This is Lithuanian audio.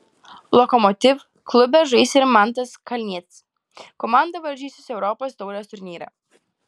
lokomotiv klube žais ir mantas kalnietis komanda varžysis europos taurės turnyre